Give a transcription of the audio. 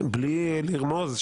בלי לרמוז,